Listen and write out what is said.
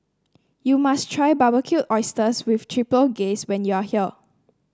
you must try Barbecued Oysters with Chipotle Glaze when you are here